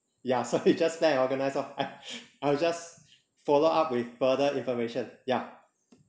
ya so you just plan and organize orh I will just follow up with further information ya